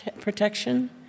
protection